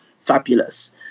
fabulous